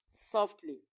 softly